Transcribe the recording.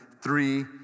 three